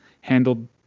handled